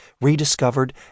rediscovered